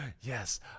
Yes